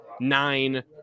nine